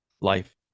Life